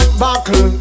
buckle